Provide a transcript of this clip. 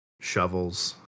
shovels